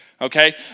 Okay